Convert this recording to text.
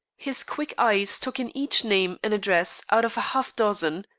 his quick eyes took in each name and address out of half-a-dozen,